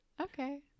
Okay